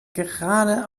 gerade